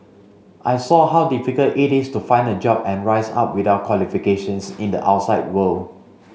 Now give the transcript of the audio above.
I saw how difficult it is to find a job and rise up without qualifications in the outside world